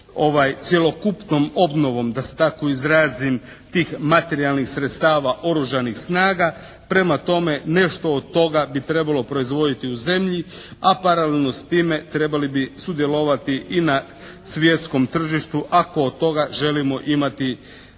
cjelokupnom obnovom da se tako izrazim tih materijalnih sredstava Oružanih snaga. Prema tome nešto od toga bi trebalo proizvoditi u zemlji, a paralelno s time trebali bi sudjelovati i na svjetskom tržištu ako od toga želimo imati neke